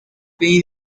pain